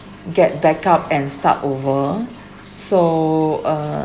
get back up and start over so uh